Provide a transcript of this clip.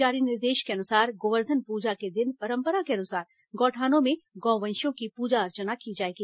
जारी निर्देश के अनुसार गोवर्धन पूजा के दिन परम्परा के अनुसार गौठानों में गौवंशियों की पूजा अर्चना की जाएगी